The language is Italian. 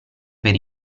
per